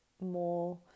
more